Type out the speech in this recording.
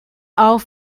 auch